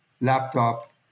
laptop